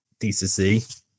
DCC